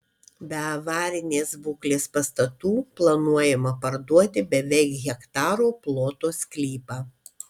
be avarinės būklės pastatų planuojama parduoti beveik hektaro ploto sklypą